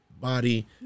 body